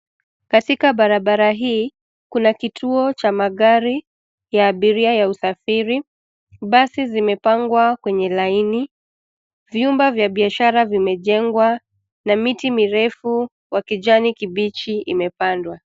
Katika barabara hii kuna kituo cha magari ya abiria ya usafiri basi zimepangwa kwenye laini, vyumba vya biashara vimejengwa na miti mirefu ya kijani kibichi imepandwa.